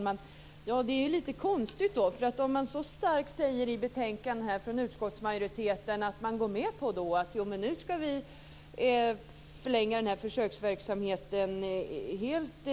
Fru talman! Det är lite konstigt. I betänkandet säger utskottsmajoriteten att man går med på att förlänga försöksverksamheten helt